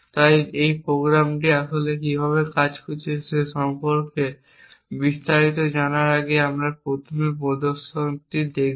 তাই এই প্রোগ্রামটি আসলে কীভাবে কাজ করছে সে সম্পর্কে বিস্তারিত জানার আগে আমরা প্রথমে প্রদর্শনটি দেখব